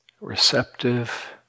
receptive